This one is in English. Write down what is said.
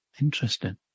interesting